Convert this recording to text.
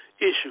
issue